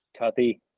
Tuffy